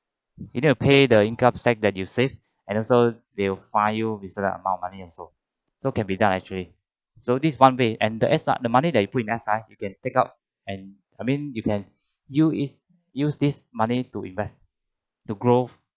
you need to pay the income tax that you save and also will fine you that amount of money as so so can be done actually so this is one way and the S_R~ the money that you put in S_R_S you can take out and I mean you can use is use this money to invest to growth